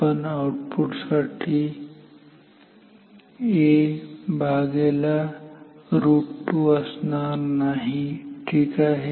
पण आउटपुट साठी 𝐴√2 असणार नाही ठीक आहे